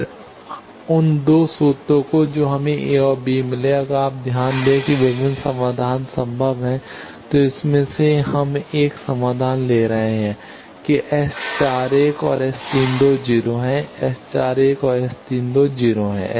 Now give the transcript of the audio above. फिर उन 2 सूत्रो जो हमें ए और बी मिले अगर आप ध्यान दें कि विभिन्न समाधान संभव हैं तो इसमें से हम एक समाधान ले रहे हैं कि S 41 और S 32 0 हैं S 41 और S 32 0 हैं